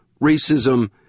racism